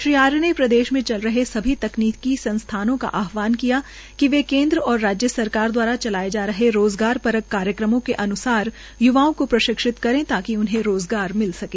श्री आर्य ने प्रदेश में चल रहे सभी तकनीकी संस्थानों का आहवांान किया कि वे केन्द्र व राज्य सरकार दवारा चलाये जा रहे रोजगारपरक कार्यक्रमों के अन्सार य्वाओं को प्रशिक्षित करें ताकि उन्हें रोजगार मिल सके